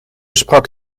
sprak